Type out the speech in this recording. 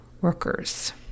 workers